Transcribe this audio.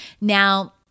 Now